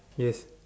yes